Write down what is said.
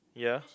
yeah